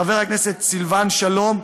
חבר הכנסת סילבן שלום,